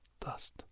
dust